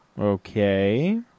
okay